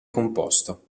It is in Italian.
composto